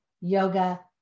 yoga